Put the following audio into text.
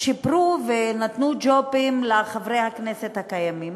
צ'יפרו ונתנו ג'ובים לחברי הכנסת הקיימים.